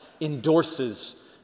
endorses